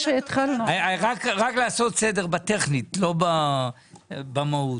רק לעשות סדר בטכני, לא במהות.